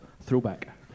throwback